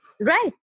right